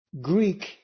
Greek